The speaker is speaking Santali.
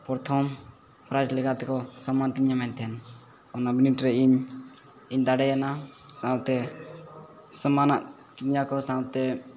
ᱯᱚᱨᱛᱷᱚᱢ ᱯᱨᱟᱭᱤᱡᱽ ᱞᱮᱠᱟᱛᱮᱠᱚ ᱥᱚᱢᱢᱟᱛᱤᱧᱟᱹ ᱢᱮᱱᱛᱮᱫ ᱚᱱᱟ ᱵᱤᱱᱤᱰ ᱨᱮ ᱤᱧ ᱤᱧᱫᱟᱲᱮᱭᱮᱱᱟ ᱥᱟᱶᱛᱮ ᱥᱚᱢᱢᱟᱱᱟᱜ ᱤᱧᱟᱹᱠᱚ ᱥᱟᱶᱛᱮ